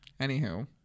Anywho